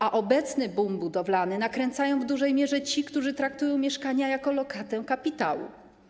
A obecny boom budowlany nakręcają w dużej mierze ci, którzy traktują mieszkania jako lokatę kapitału.